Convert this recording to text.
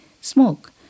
smoke